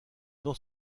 dans